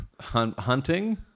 Hunting